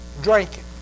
drinking